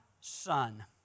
son